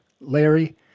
larry